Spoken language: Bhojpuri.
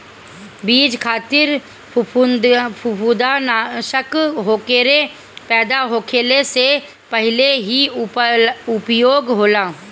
बीज खातिर फंफूदनाशक ओकरे पैदा होखले से पहिले ही उपयोग होला